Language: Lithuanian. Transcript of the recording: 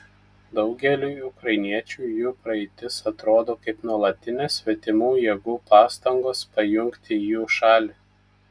daugeliui ukrainiečių jų praeitis atrodo kaip nuolatinės svetimų jėgų pastangos pajungti jų šalį